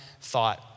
thought